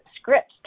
scripts